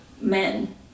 men